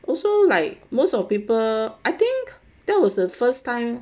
also like most of people I think that was the first time